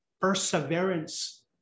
perseverance